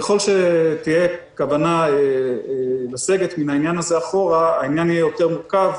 ככל שתהיה כוונה לסגת מזה אחורה העניין יהיה הרבה יותר מורכב.